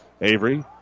Avery